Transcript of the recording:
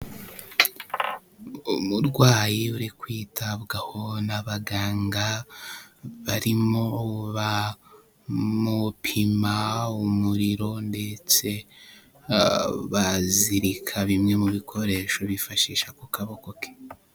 Umurwayi uri kwitabwaho n'abaganga barimo bamupima umuriro ndetse bazirika bimwe mu bikoresho bifashisha ku kaboko ke.